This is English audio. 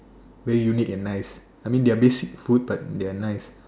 very unique and nice I mean their basic food but they're nice